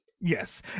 yes